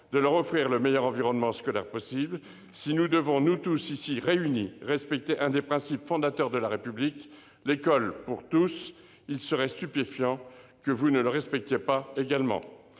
de leur offrir le meilleur environnement scolaire possible ? Si nous devons, nous tous ici réunis, respecter un des principes fondateurs de la République, l'école pour tous, il serait stupéfiant que vous ne le respectiez pas aussi.